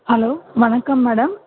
hello வணக்கம் madam